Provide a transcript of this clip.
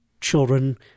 children